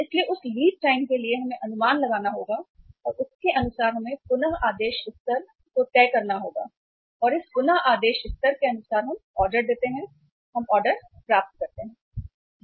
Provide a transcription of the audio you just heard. इसलिए उस lead time के लिए हमें अनुमान लगाना होगा और उसके अनुसार हमें पुनः आदेश स्तर तय करना होगा और इस पुनः आदेश स्तर के अनुसार हम ऑर्डर देते हैं हम ऑर्डर प्राप्त करते हैं